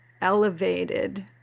elevated